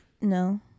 No